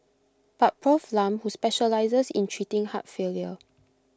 but Prof Lam who specialises in treating heart failure